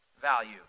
value